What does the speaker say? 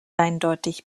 eindeutig